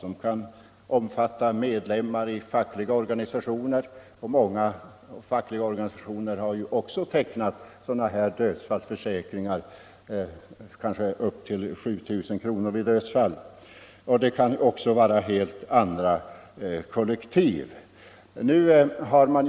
De kan t.ex. omfatta medlemmar i fackliga organisationer, och många sådana organisationer har också tecknat sådana här livförsäkringar på kanske upp till 7 000 kr. Försäkringarna kan också byggas upp med helt andra kollektiv som bas.